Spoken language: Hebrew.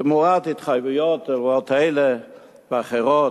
תמורת התחייבויות להטבות כאלה ואחרות.